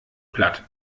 platt